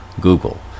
Google